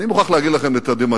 אני מוכרח להגיד לכם, לתדהמתי,